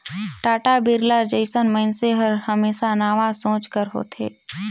टाटा, बिरला जइसन मइनसे हर हमेसा नावा सोंच कर होथे